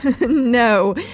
No